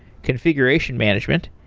configuration management,